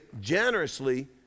generously